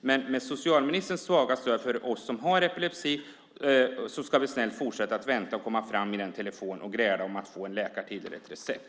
Men med socialministerns svaga stöd för oss som har epilepsi ska vi snällt fortsätta att vänta på att komma fram i telefon och gräla om att få en läkartid eller ett recept.